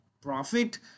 profit